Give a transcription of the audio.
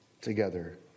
together